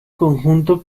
conjunto